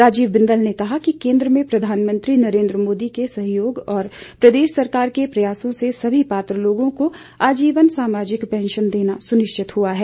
राजीव बिंदल ने कहा कि केंद्र में प्रधानमंत्री नरेंद्र मोदी के सहयोग और प्रदेश सरकार के प्रयासों से सभी पात्र लोगों को आजीवन सामाजिक पैंशन देना सुनिश्चित हुआ है